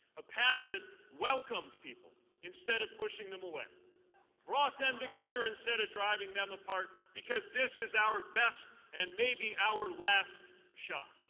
ah past that welcomed people instead of pushing them away and brought them together instead of driving them apart because this is our best and may be our last shot.